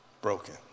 Broken